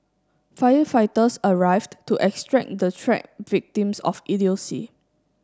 firefighters arrived to extract the trap victims of idiocy